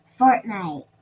Fortnite